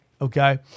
okay